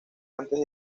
antes